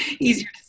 easier